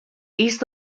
east